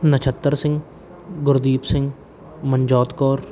Nachhattar Singh Gurdeep Singh Manjot Kaur